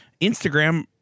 Instagram